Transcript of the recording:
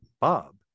Bob